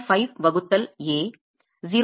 5 வகுத்தல் A 0